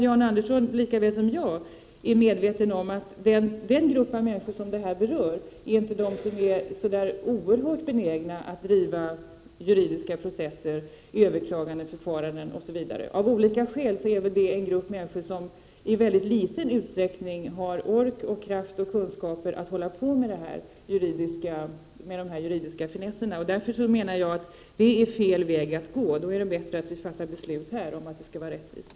Jan Andersson är säkert lika väl medveten som jag om att den grupp av människor som det här berör inte är så där oerhört benägna att driva juridiska processer, överklaganden osv. Av olika skäl är detta en grupp människor som i mycket liten utsträckning har ork, kraft och kunskaper att hålla på med sådana juridiska finesser. Därför menar jag att detta är fel väg att gå. Då är det bättre att vi fattar beslut här om att det skall vara rättvisa.